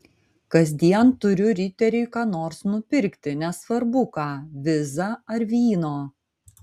kasdien turiu riteriui ką nors nupirkti nesvarbu ką vizą ar vyno